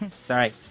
Sorry